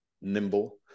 nimble